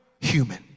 human